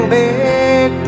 big